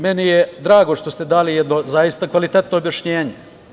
Meni je drago što ste dali jedno zaista kvalitetno objašnjenje.